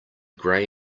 gray